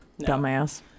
dumbass